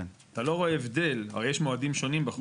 אתה לא רואה הבדל, יש מועדים שונים בחוק.